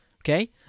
okay